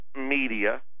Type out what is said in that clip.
media